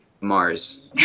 Mars